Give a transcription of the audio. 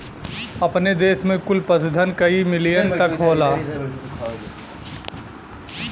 अपने देस में कुल पशुधन कई मिलियन तक होला